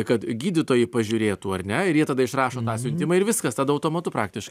kad gydytojai pažiūrėtų ar ne ir jie tada išrašo tą siuntimą ir viskas tada automatu praktiškai